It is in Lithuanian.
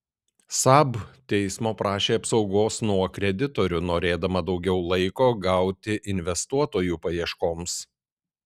saab teismo prašė apsaugos nuo kreditorių norėdama daugiau laiko gauti investuotojų paieškoms